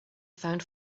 found